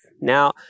Now